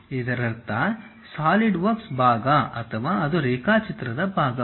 ಇದರರ್ಥ ಸಾಲಿಡ್ವರ್ಕ್ಸ್ ಭಾಗ ಅಥವಾ ಅದು ರೇಖಾಚಿತ್ರದ ಭಾಗವಾಗಿದೆ